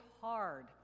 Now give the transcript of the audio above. hard